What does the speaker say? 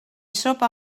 sopa